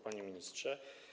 Panie Ministrze!